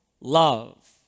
love